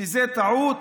שזו טעות,